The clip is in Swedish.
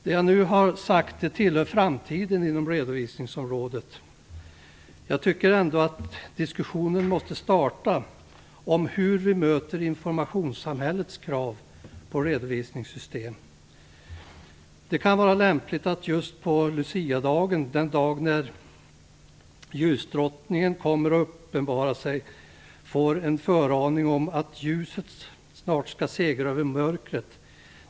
Det jag nu har nämnt tillhör framtiden inom redovisningsområdet. Jag tycker ändå att diskussionen om hur vi möter informationssamhällets krav på redovisningssystem måste starta. Det kan vara lämpligt att vi just på luciadagen, den dag när ljusdrottningen uppenbarar sig, får en föraning om att ljuset snart skall segra över mörkret.